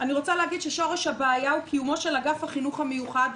אני רוצה להגיד ששורש הבעיה הוא קיומו של אגף החינוך המיוחד,